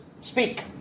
speak